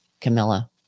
Camilla